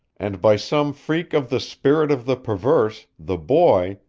and by some freak of the spirit of the perverse the boy,